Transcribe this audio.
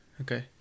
Okay